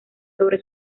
sobre